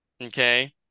Okay